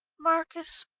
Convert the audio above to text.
marcus,